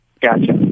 Gotcha